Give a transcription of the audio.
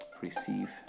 receive